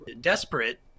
desperate